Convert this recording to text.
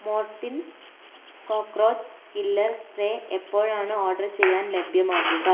മോർട്ടിൻ cockroach killer spray എപ്പോഴാണ് order ചെയ്യാൻ ലഭ്യമാകുക